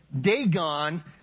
Dagon